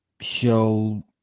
show